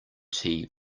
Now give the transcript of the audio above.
tea